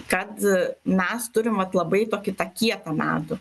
kad mes turim vat labai tokį tą kietą medų